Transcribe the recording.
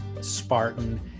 Spartan